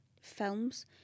films